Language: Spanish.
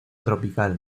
tropical